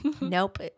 nope